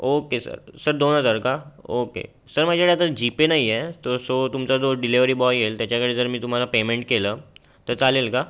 okay sir sir दोन हजार का ओके सर माझ्याकडे आता जीपे नाही आहे तर सो तुमचा जो डिलेवरी बॉय येईल त्याच्याकडे जर मी तुम्हाला पेमेंट केलं तर चालेल का